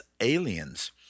aliens